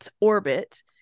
orbit